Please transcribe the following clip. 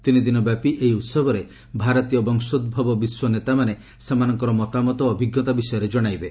ତିନି ଦିନ ବ୍ୟାପୀ ଏହି ଉତ୍ସବରେ ଭାରତୀୟ ବଂଶୋଭବ ବିଶ୍ୱ ନେତାମାନେ ସେମାନଙ୍କର ମତାମତ ଓ ଅଭିଜ୍ଞତା ବିଷୟରେ ଜଣାଇବେ